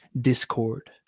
discord